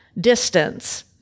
distance